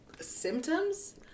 symptoms